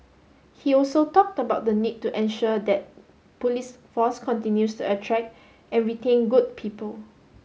he also talked about the need to ensure that police force continues attract and retain good people